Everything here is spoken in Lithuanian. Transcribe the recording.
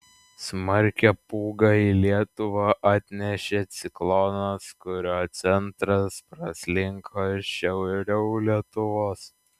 smarkią pūgą į lietuvą atnešė ciklonas kurio centras praslinko šiauriau lietuvos